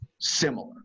similar